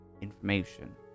information